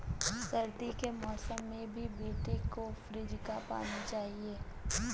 सर्दी के मौसम में भी मेरे बेटे को फ्रिज का पानी चाहिए